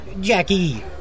Jackie